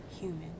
human